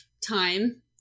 time